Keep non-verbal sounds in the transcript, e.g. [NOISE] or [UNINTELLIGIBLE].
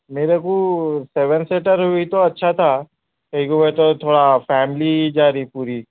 میرے کو seven seater ہوئی تو اچھا تھا [UNINTELLIGIBLE] تھوڑا فیملی جا رہی پوری